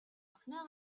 охиноо